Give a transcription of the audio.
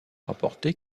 rapporté